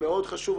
מאוד חשוב,